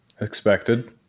Expected